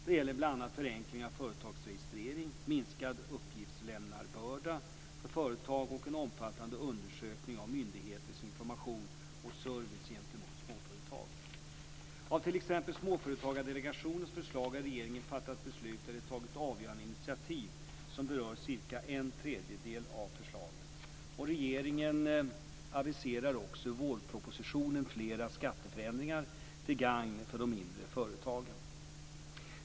Det gäller bl.a. förenklad företagsregistrering, minskad uppgiftslämnarbörda för företag och en omfattande undersökning av myndigheters information och service gentemot småföretag. Av t.ex. Småföretagsdelegationens förslag har regeringen fattat beslut eller tagit avgörande initiativ som berör cirka en tredjedel av förslagen. Regeringen aviserar också i vårpropositionen flera skatteförändringar till gagn för de mindre företagen.